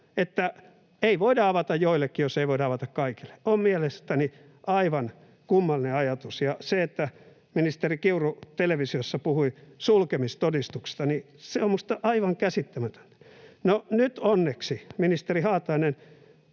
että ei voida avata joillekin, jos ei voida avata kaikille, on mielestäni aivan kummallinen ajatus. Ja se, että ministeri Kiuru televisiossa puhui sulkemistodistuksista, on minusta aivan käsittämätöntä. Nyt, onneksi, ministeri Haatainen